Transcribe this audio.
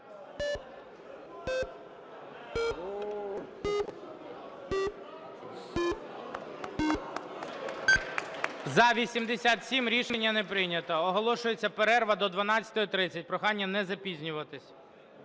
За-87 Рішення не прийнято. Оголошується перерва до 12:30. Прохання не запізнюватись.